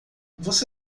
você